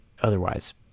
otherwise